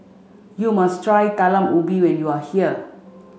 you must try Talam Ubi when you are here